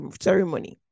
ceremony